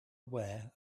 aware